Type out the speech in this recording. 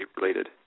related